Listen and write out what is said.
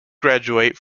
graduate